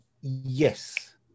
yes